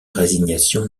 résignation